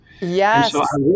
yes